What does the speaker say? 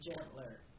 gentler